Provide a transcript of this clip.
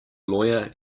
lawyer